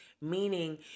meaning